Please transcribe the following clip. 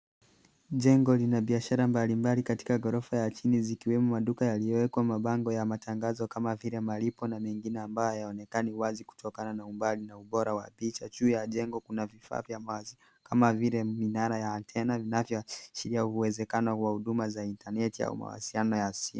Jengo lina biashara mbalimbali katika ghorofa ya chini zikiwemo maduka yaliyowekwa mabango ya matangazo kama vile malipo na mengine ambayo hayaonekani wazi kutokana na umbali na ubora wa picha juu ya jengo kuna vifaa vya kama vile minara ya antena vinavyoashiria uwezekano wa huduma za Intaneti au mawasiliano ya simu.